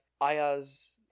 Ayaz